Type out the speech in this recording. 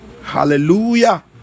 hallelujah